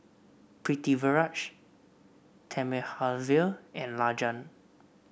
Pritiviraj Thamizhavel and Rajan